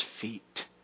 feet